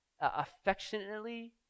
affectionately